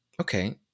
okay